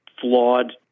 flawed